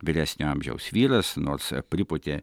vyresnio amžiaus vyras nors pripūtė